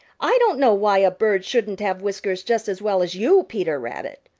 i don't know why a bird shouldn't have whiskers just as well as you, peter rabbit.